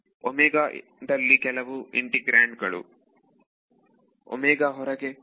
ವಿದ್ಯಾರ್ಥಿ ಇದರಲ್ಲಿ ಇದರಲ್ಲಿ ಕೆಲವು ಅನುಕಲ್ಯ ವಿದ್ಯಾರ್ಥಿ ಇದರ ಹೊರಗೆ